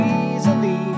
easily